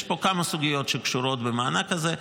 יש פה כמה סוגיות שקשורות במענק הזה.